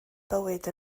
bywyd